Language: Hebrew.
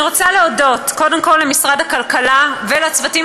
אני רוצה להודות קודם כול למשרד הכלכלה ולצוותים